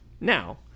Now